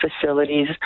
facilities